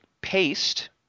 paste